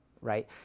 right